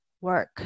work